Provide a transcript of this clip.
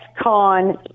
con